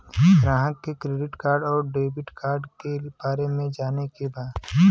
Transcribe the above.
ग्राहक के credit card और डेविड कार्ड के बारे में जाने के बा?